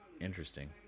interesting